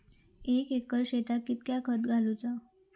एक एकर शेताक कीतक्या खत घालूचा?